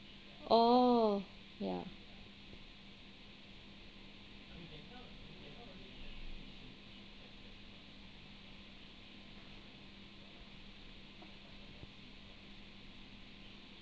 oh ya